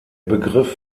begriff